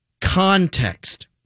Context